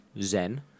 Zen